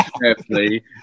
carefully